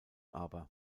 aber